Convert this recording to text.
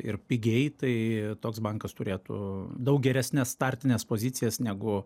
ir pigiai tai toks bankas turėtų daug geresnes startines pozicijas negu